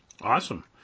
Awesome